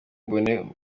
mbone